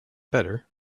better